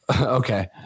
Okay